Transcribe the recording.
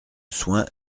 soins